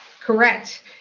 Correct